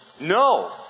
No